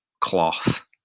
cloth